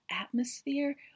atmosphere